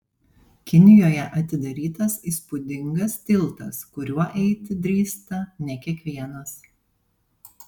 kinijoje atidarytas įspūdingas tiltas kuriuo eiti drįsta ne kiekvienas